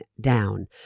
down